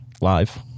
live